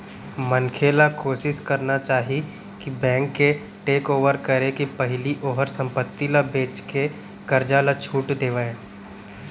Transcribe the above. मनखे ल कोसिस करना चाही कि बेंक के टेकओवर करे के पहिली ओहर संपत्ति ल बेचके करजा ल छुट देवय